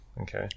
Okay